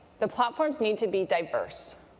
the platforms need to be diverse.